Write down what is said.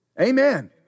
Amen